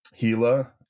Gila